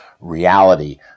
reality